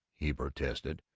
he protested.